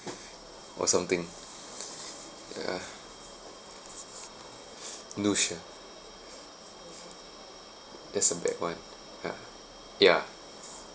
or something ya noosh ah that some bad [one] ah ya